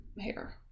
hair